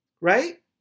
right